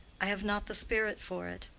i have not the spirit for it.